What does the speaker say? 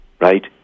Right